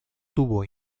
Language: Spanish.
tuvo